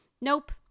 Nope